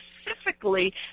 specifically